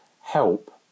help